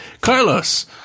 Carlos